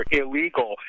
illegal